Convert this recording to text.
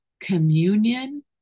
communion